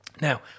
Now